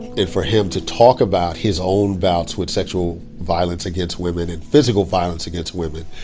and for him to talk about his own bouts with sexual violence against women and physical violence against women,